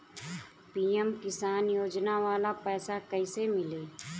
PM Kisan योजना वाला पैसा कईसे मिली?